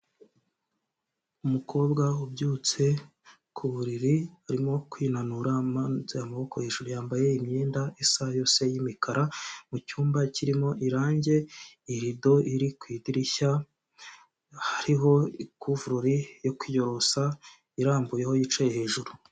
Umukobwa ubyutse ku buriri urimo kwinanura umanitse amaboko hejuru, yambaye imyenda isa yose y'imikara icyumba kirimo irange, irido iri ku idirishya hariho ikuvurure yo kwiyorosa irambuyeho yicaye hejuru.